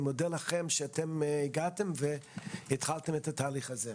אני מודה לכם שהגעתם והתחלתם את התהליך הזה.